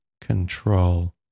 control